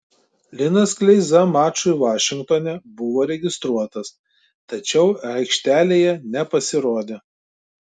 linas kleiza mačui vašingtone buvo registruotas tačiau aikštelėje nepasirodė